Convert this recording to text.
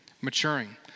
maturing